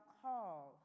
call